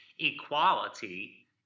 equality